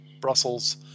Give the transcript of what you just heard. Brussels